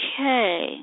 Okay